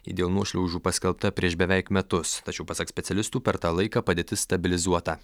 dėl nuošliaužų paskelbta prieš beveik metus tačiau pasak specialistų per tą laiką padėtis stabilizuota